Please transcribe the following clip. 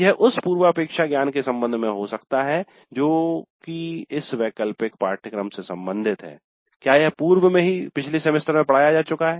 यह उस पूर्वापेक्षा ज्ञान के संबंध में हो सकता है जो की इस वैकल्पिक पाठ्यक्रम से सम्बंधित है क्या यह पूर्व में ही पिछले सेमेस्टर में पढाया जा चुका है